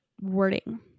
wording